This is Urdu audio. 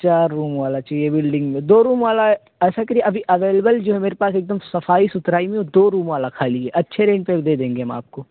چار روم والا چاہیے بلڈنگ میں دو روم والا ایسا کریے ابھی اویلیبل جو ہے میرے پاس ایک دم صفائی ستھرائی میں وہ دو روم والا خالی ہے اچھے رینٹ پہ بھی دے دیں گے ہم آپ کو